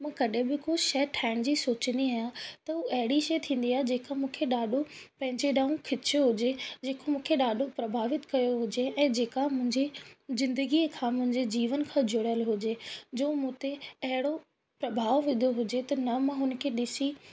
मां कॾहिं बि को शइ ठाहिण जी सोचंदी आहियां त उहा अहिड़ी शइ थींदी आहे जेका मूंखे ॾाढो पंहिंजे ॾऊं खिचो हुजे जेको मूंखे ॾाढो प्रभावित कयो हुजे ऐं जेका मुंहिंजी ज़िंदगीअ खां जीवन खां जुड़ियलु हुजे जो मूं ते अहिड़ो प्रभाव विधो हुजे त न मां हुन खे ॾिसी